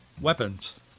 weapons